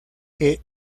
que